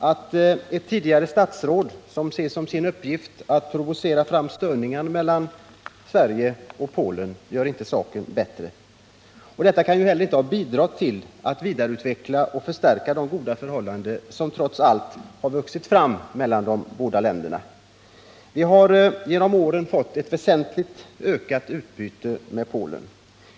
Att ett tidigare statsråd ser som sin uppgift att provocera fram störningar mellan Sverige och Polen gör inte saken bättre — detta kan ju heller inte ha bidragit till att vidareutveckla och förstärka det goda förhållande som trots allt har vuxit fram mellan de båda länderna. Vi har genom åren fått ett väsentligt ökat utbyte med Polen.